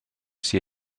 sia